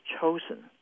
chosen